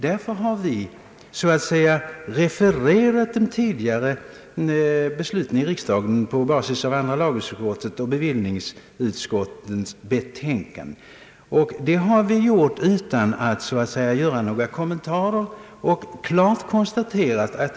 Därför har vi refererat de tidigare beslut som fattats på basis av utlåtanden från andra lagutskottet och bevillningsutskottet, och vi har gjort det utan några kommentarer.